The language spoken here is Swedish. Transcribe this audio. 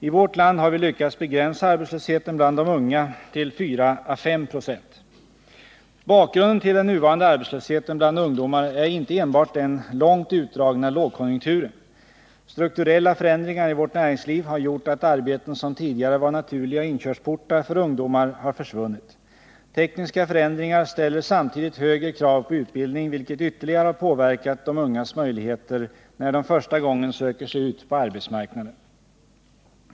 I vårt land har vi lyckats begränsa arbetslösheten bland de unga till 4 å 5 96. Bakgrunden till den nuvarande arbetslösheten bland ungdomar är inte enbart den långt utdragna lågkonjunkturen. Strukturella förändringar i vårt näringsliv har gjort att arbeten som tidigare var naturliga inkörsportar för ungdomar har försvunnit. Tekniska förändringar ställer samtidigt högre krav på utbildning, vilket ytterligare har påverkat de ungas möjligheter när de första gången söker sig ut på arbetsmarknaden.